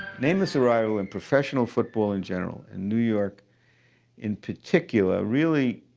namath's arrival in professional football in general, and new york in particular, really